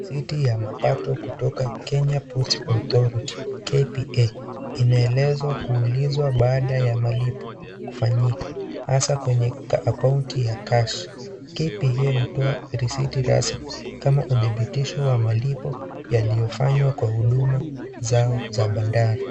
Risiti ya mapato kutoka Kenya Ports Authority KPA inaelezwa kuulizwa baada ya malipo kufanyika hasa kwenye akaunti ya cash KPA hutoa risiti rasmi kama udhibitisho wa malipo yaliyofanywa kwa huduma zao za bandari.